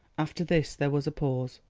after this there was a pause,